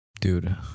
dude